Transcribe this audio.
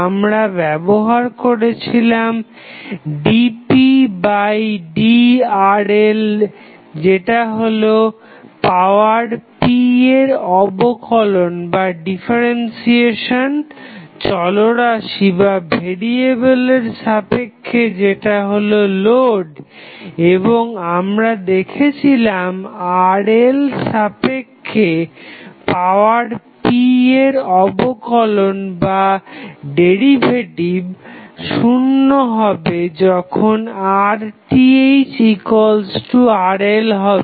আমরা ব্যবহার করেছিলাম dpdRL যেটা হলো পাওয়ার p এর অবকলন চলরাশির সাপেক্ষে যেটা হলো লোড এবং আমরা দেখেছিলাম RL সাপেক্ষে পাওয়ার p এর অবকলন শুন্য হবে যখন RThRL হবে